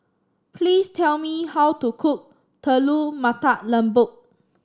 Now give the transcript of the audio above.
please tell me how to cook Telur Mata Lembu